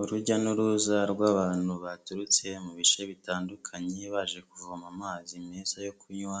Urujya n'uruza rw'abantu baturutse mu bice bitandukanye baje kuvoma amazi meza yo kunywa,